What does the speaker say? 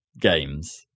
games